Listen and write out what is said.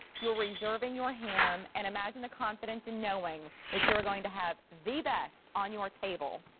you're reserving your ham. and imagine the confidence in knowing that you're going to have the best on your table.